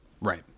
Right